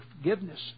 forgiveness